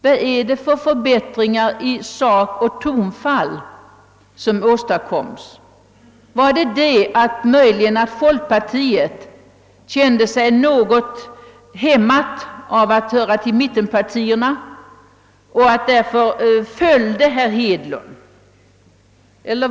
Vad är det för förbättringar i sak och tonfall som har åstadkommits? är det möjligen det att folkpartiet kände sig något hämmat av att vara ett av mittenpartierna och att det därför följde herr Hedlund?